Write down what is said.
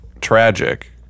tragic